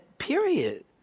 Period